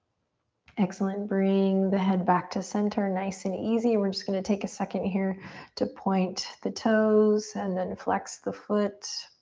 excellent, bring the head back to center, nice and easy. we're just gonna take a second here to point the toes and then flex the foot.